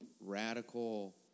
radical